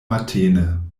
matene